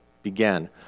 began